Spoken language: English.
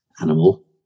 animal